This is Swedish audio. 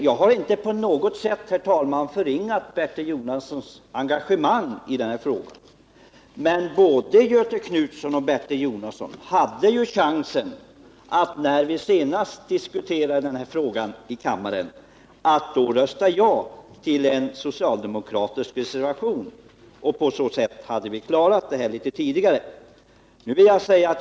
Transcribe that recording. Jag har inte på något sätt, herr talman, förringat Bertil Jonassons engagemang i denna fråga, men jag vill ändå framhålla att både Göthe Knutson och Bertil Jonasson när vi senast diskuterade denna fråga i kammaren hade chansen att rösta ja till en socialdemokratisk reservation och därmed medverka till att frågan löstes något tidigare än som nu blir fallet.